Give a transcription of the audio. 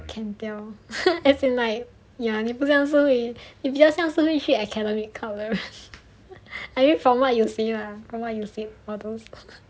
can tell as in like ya 你不像是你比较像是 academic club 的 from what you say lah from what you say for those